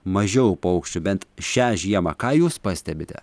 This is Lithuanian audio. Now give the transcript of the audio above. mažiau paukščių bent šią žiemą ką jūs pastebite